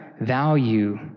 value